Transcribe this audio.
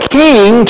king